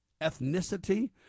Ethnicity